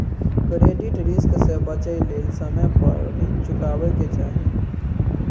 credit risk से बचइ लेल समय पर रीन चुकाबै के चाही